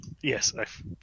Yes